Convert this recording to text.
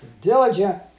diligent